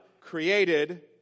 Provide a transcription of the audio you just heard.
created